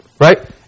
right